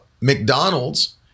McDonald's